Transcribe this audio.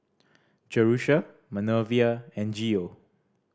Jerusha Manervia and Geo